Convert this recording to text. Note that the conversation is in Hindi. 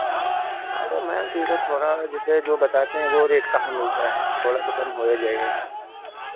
अरे मैम तो ये तो थोड़ा जैसे जो बताते हैं वो रेट कहाँ मिलता है थोड़ा तो कम हो ही जाएगा